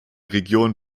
region